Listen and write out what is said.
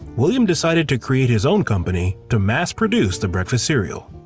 william decided to create his own company to mass produce the breakfast cereal.